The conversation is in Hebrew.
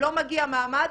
"לא מגיע מעמד,